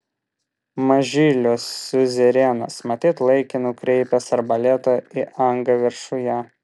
mažylio siuzerenas matyt laikė nukreipęs arbaletą į angą viršuje